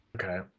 Okay